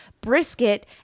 brisket